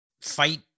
fight